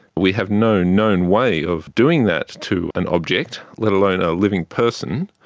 we have no known way of doing that to an object, let alone a living person,